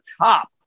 top